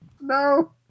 No